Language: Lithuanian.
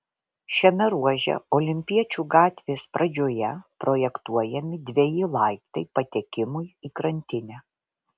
šiame ruože olimpiečių gatvės pradžioje projektuojami dveji laiptai patekimui į krantinę